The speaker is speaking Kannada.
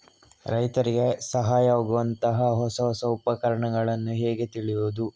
ರೈತರಿಗೆ ಸಹಾಯವಾಗುವಂತಹ ಹೊಸ ಹೊಸ ಉಪಕರಣಗಳನ್ನು ಹೇಗೆ ತಿಳಿಯುವುದು?